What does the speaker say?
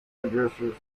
addresses